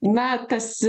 na tas